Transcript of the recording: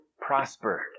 prospered